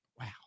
Wow